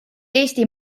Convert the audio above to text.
eesti